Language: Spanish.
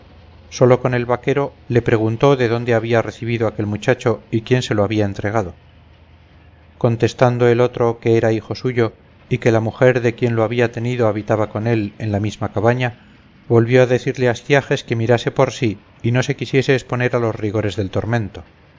solo con el vaquero lo preguntó de dónde había recibido aquel muchacho y quién se lo había entregado contestando el otro que era hijo suyo y que la mujer de quien lo había tenido habitaba con él en la misma cabaña volvió a decirle astiages que mirase por si y no se quisiese exponer a los rigores del tormento